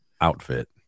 outfit